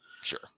Sure